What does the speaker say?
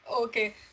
Okay